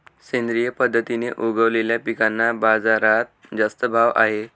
सेंद्रिय पद्धतीने उगवलेल्या पिकांना बाजारात जास्त भाव आहे